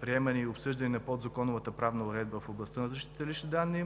приемане и обсъждане на подзаконовата правна уредба в областта на защита на личните данни.